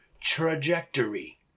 trajectory